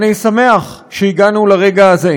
אני שמח שהגענו לרגע הזה.